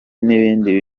n’ibindi